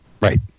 Right